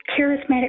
charismatic